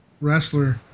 wrestler